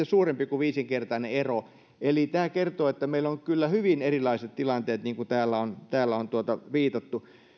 suurempi kuin viisinkertainen ero eli tämä kertoo että meillä on kyllä hyvin erilaiset tilanteet niin kuin täällä on täällä on viitattu